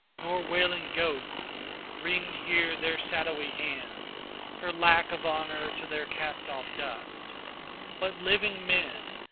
nor wailing ghosts wring here their shadowy hands for lack of honor to their cast-off dust but living men,